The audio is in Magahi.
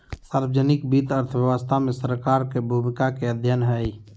सार्वजनिक वित्त अर्थव्यवस्था में सरकार के भूमिका के अध्ययन हइ